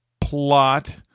plot